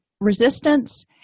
resistance